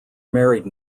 married